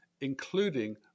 including